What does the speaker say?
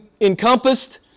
encompassed